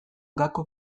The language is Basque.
gako